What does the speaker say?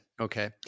okay